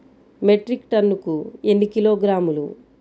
Metric టన్నుకు ఎన్ని కిలోగ్రాములు?